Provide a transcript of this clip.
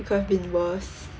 it could've been worse